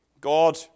God